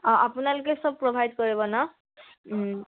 অঁ আপোনালোকে চব প্ৰভাইড কৰিব ন